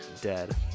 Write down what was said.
dead